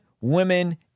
women